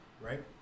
Right